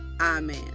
Amen